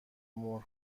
مهر